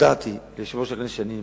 הודעתי ליושב-ראש הכנסת שאני מתנגד,